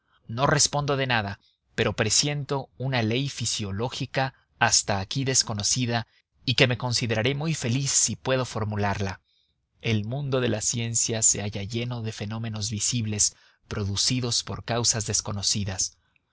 no respondo de nada pero presiento una ley fisiológica hasta aquí desconocida y que me consideraré muy feliz si puedo formularla el mundo de las ciencias se halla lleno de fenómenos visibles producidos por causas desconocidas